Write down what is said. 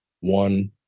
One